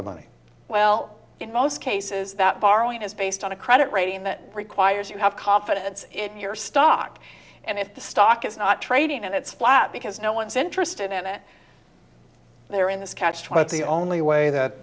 the money well in most cases that borrowing is based on a credit rating that requires you have confidence in your stock and if the stock is not trading and it's flat because no one's interested in it they're in this catch twenty only way that